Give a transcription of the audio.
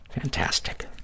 Fantastic